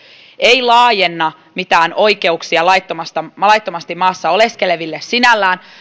ei laajenna mitään oikeuksia laittomasti maassa oleskeleville sinällään